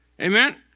Amen